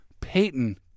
Peyton